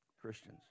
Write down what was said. Christians